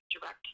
direct